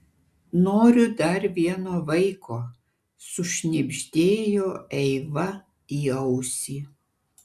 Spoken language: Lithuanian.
noriu dar vieno vaiko sušnibždėjo eiva į ausį